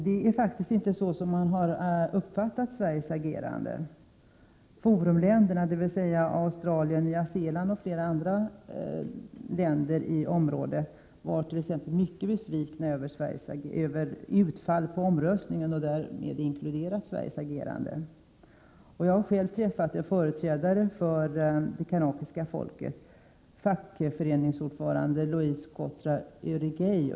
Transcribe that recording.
Så har faktiskt Sveriges agerande inte uppfattats. Forumländerna, dvs. Australien, Nya Zeeland, m.fl. länder i området, var mycket besvikna över utfallet av omröstningen, vilket inkluderar Sveriges agerande. Jag har själv träffat en företrädare för det kanakiska folket — fackföreningsordföranden Louis Kotra Uregei.